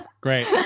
Great